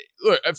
look